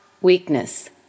Weakness